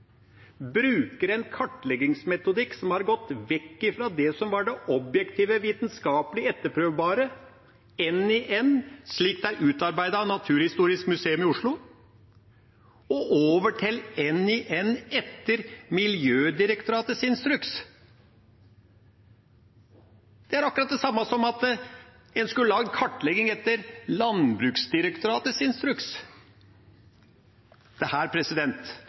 bruker en kartleggingsmetodikk som har gått vekk fra det som var det objektive, vitenskapelige og etterprøvbare, NiN slik det er utarbeidet av Naturhistorisk museum i Oslo, og over til NiN etter Miljødirektoratets instruks. Det er akkurat det samme som at en skulle hatt en kartlegging etter Landbruksdirektoratets instruks. Dette er kjernen i saken. Det